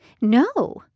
No